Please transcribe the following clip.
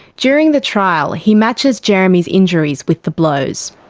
during the trial, he matches jeremy's injuries with the blows.